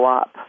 up